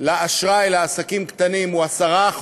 לאשראי לעסקים הקטנים הוא 10%,